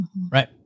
Right